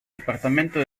departamento